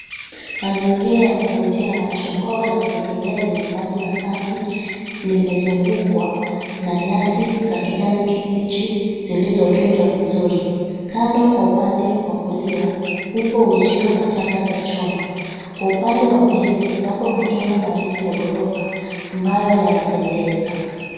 Mazingira ya kuvutia macho, bwawa la kuogelea lenye maji masafi limezungukwa na nyasi za kijani kibichi zilizotunzwa vizuri. Kando kwa upande wa kulia upo uzio wa changa za chuma. Kwa upande wa mbele yapo majumba marefu ya gorofa ambayo yanapendeza.